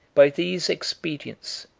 by these expedients,